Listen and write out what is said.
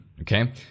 okay